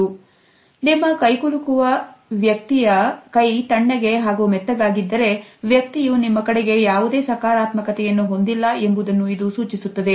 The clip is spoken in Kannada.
ವಿಶೇಷವಾಗಿ ನಿಮ್ಮ ಕೈಕುಲುಕುವ ವ್ಯಕ್ತಿಯ ಕೈ ತಣ್ಣಗೆ ಹಾಗೂ ಮೆತ್ತಗಾಗಿದ್ದಾರೆ ವ್ಯಕ್ತಿಯು ನಿಮ್ಮ ಕಡೆಗೆ ಯಾವುದೇ ಸಕಾರಾತ್ಮಕತೆಯನ್ನು ಹೊಂದಿಲ್ಲ ಎಂಬುದನ್ನು ಇದು ಸೂಚಿಸುತ್ತದೆ